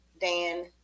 Dan